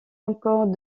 encore